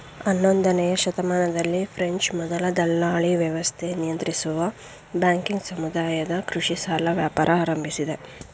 ಹನ್ನೊಂದನೇಯ ಶತಮಾನದಲ್ಲಿ ಫ್ರೆಂಚ್ ಮೊದಲ ದಲ್ಲಾಳಿವ್ಯವಸ್ಥೆ ನಿಯಂತ್ರಿಸುವ ಬ್ಯಾಂಕಿಂಗ್ ಸಮುದಾಯದ ಕೃಷಿ ಸಾಲ ವ್ಯಾಪಾರ ಆರಂಭಿಸಿದೆ